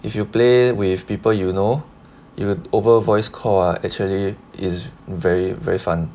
if you play with people you know it'll over voice call ah actually is very very fun